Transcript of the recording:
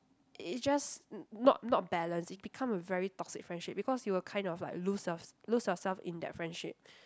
it just n~ not not balanced it become a very toxic friendship because you will kind of like lose yourself lose yourself in that friendship